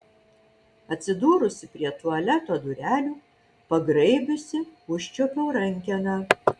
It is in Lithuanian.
atsidūrusi prie tualeto durelių pagraibiusi užčiuopiau rankeną